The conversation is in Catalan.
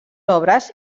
obres